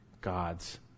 God's